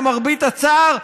למרבה הצער,